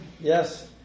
Yes